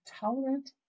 tolerant